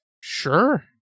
Sure